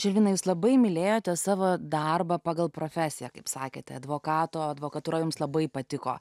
žilvinai jūs labai mylėjote savo darbą pagal profesiją kaip sakėte advokato advokatūra jums labai patiko